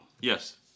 Yes